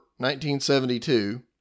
1972